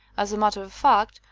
as a matter of fact,